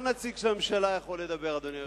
כל נציג של הממשלה יכול לדבר, אדוני היושב-ראש.